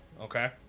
Okay